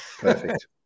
Perfect